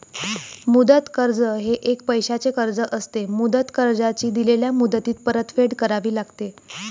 मुदत कर्ज हे एक पैशाचे कर्ज असते, मुदत कर्जाची दिलेल्या मुदतीत परतफेड करावी लागते